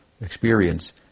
experience